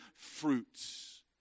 fruits